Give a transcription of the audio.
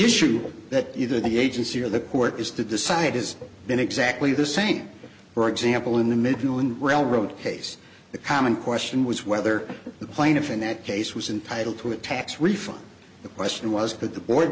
issue that either the agency or the court has to decide has been exactly the same for example in the middle and railroad case the common question was whether the plaintiff in that case was entitle to a tax refund the question was could the board